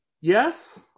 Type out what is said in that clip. Yes